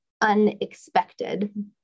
unexpected